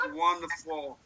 wonderful